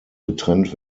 getrennt